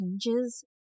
changes